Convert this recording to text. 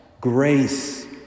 grace